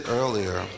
earlier